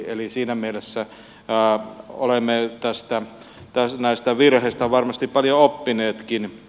eli siinä mielessä olemme näistä virheistä varmasti paljon oppineetkin